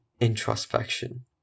introspection